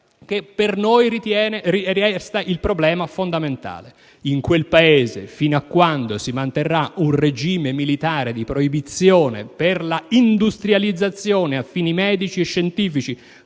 che per noi resta il problema fondamentale: in quel Paese, fino a quando si manterrà un regime militare di proibizione rispetto all'uso industriale, a fini medici e scientifici,